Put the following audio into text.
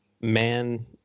Man